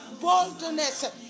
boldness